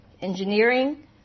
engineering